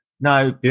no